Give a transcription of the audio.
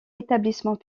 établissement